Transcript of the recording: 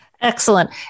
Excellent